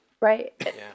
right